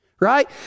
right